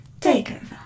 takeover